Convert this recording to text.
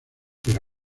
pero